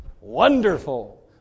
Wonderful